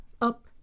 up